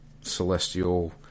celestial